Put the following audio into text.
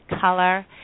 color